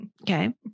Okay